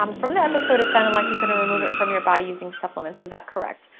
um from the episode it sounded like you can remove it from your body using supplements. is that correct?